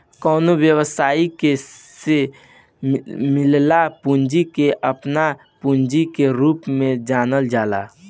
कवनो व्यवसायी के से मिलल पूंजी के आपन पूंजी के रूप में जानल जाला